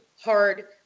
hard